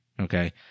Okay